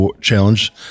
Challenge